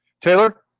Taylor